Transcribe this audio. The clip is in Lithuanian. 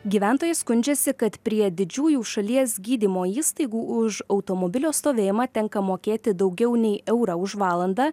gyventojai skundžiasi kad prie didžiųjų šalies gydymo įstaigų už automobilio stovėjimą tenka mokėti daugiau nei eurą už valandą